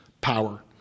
power